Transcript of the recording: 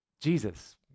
Jesus